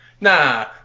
Nah